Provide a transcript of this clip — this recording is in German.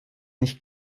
nicht